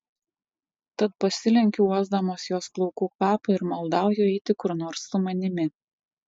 tad pasilenkiu uosdamas jos plaukų kvapą ir maldauju eiti kur nors su manimi